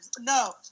No